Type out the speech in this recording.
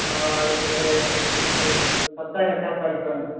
اور جیسے کل ستائیس اٹھائیس تاریخ کو آئیں گے